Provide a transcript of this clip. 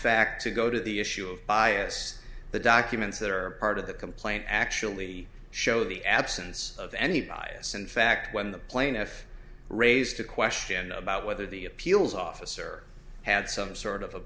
fact to go to the issue of bias the documents that are part of the complaint actually show the absence of any bias in fact when the plaintiff raised a question about whether the appeals officer had some sort of a